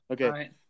Okay